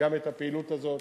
גם את הפעילות הזאת,